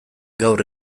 gaur